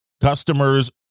Customers